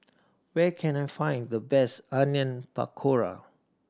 where can I find the best Onion Pakora